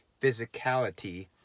physicality